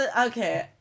okay